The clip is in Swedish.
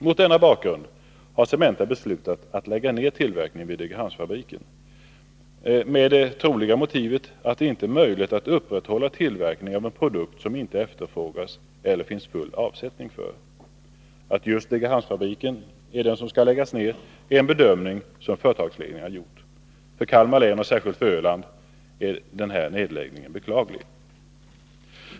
Mot denna bakgrund har Cementa beslutat att lägga ned tillverkningen vid Degerhamnsfabriken, med det troliga motivet att det inte är möjligt att upprätthålla tillverkning av en produkt som inte efterfrågas eller som det inte finns full avsättning för. Att just Degerhamnsfabriken är den som skall läggas ned grundar sig på en bedömning som företagsledningen har gjort. För Kalmar län och särskilt för Öland är denna nedläggning beklaglig.